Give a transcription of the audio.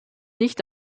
nicht